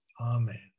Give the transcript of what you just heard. amen